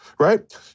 Right